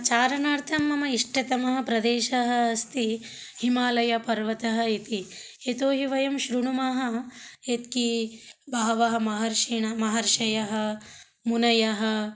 चारणार्थं मम इष्टतमः प्रदेशः अस्ति हिमालयपर्वतः इति यतो हि वयं शृणुमः यत्की बहवः महर्षयः महर्षयः मुनयः